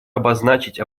обозначить